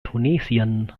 tunesien